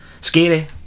scary